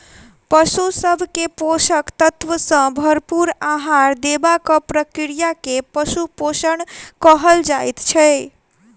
पशु सभ के पोषक तत्व सॅ भरपूर आहार देबाक प्रक्रिया के पशु पोषण कहल जाइत छै